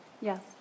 Yes